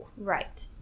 Right